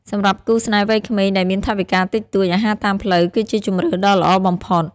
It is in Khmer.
សម្រាប់គូស្នេហ៍វ័យក្មេងដែលមានថវិកាតិចតួច អាហារតាមផ្លូវគឺជាជម្រើសដ៏ល្អបំផុត។